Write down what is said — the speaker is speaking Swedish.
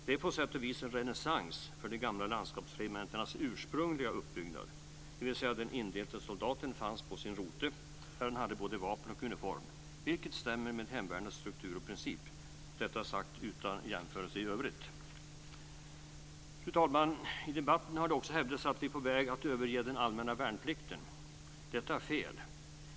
Det är på sätt och vis en renässans för de gamla landskapsregementenas ursprungliga uppbyggnad, dvs. att den indelte soldaten fanns på sin rote där han hade både vapen och uniform. Det stämmer med hemvärnets struktur och princip - detta sagt utan jämförelse i övrigt. Fru talman! I debatten har det också hävdats att vi är på väg att överge den allmänna värnplikten. Detta är fel.